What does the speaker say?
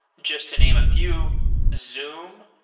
just to name a few zoom,